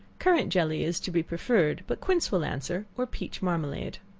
currant jelly is to be preferred, but quince will answer, or peach marmalade.